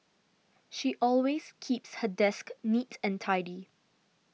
she always keeps her desk neat and tidy